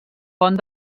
pont